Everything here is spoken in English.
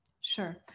Sure